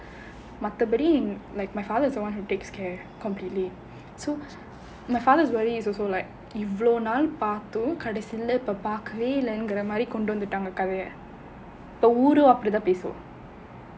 மத்தபடி:mathapadi like my father is the one who takes care completely so my father is worried also like இவ்ளோ நாள் பார்த்தும் கடைசில இப்போ பார்க்கவே இல்லைங்கிற மாரி கொண்டு வந்துட்டாங்க கதைய ஊரு அப்படி தான் பேசும்:ivlo naal paarthum kadaisila paarkkavae illaingira maari kondu vanthuttaanga kathaiya ooru appadi thaan pesum